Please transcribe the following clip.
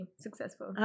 successful